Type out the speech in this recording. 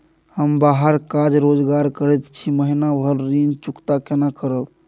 हम बाहर काज रोजगार करैत छी, महीना भर ऋण चुकता केना करब?